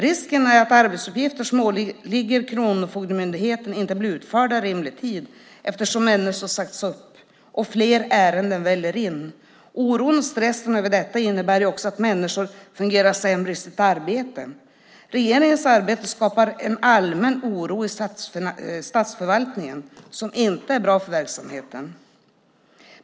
Risken finns att arbetsuppgifter som åligger Kronofogdemyndigheten inte blir utförda i rimlig tid eftersom människor sagts upp och fler ärenden väller in. Oron och stressen över detta innebär också att människor fungerar sämre i sitt arbete. Regeringens arbete skapar en allmän oro i statsförvaltningen som inte är bra för verksamheten.